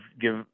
give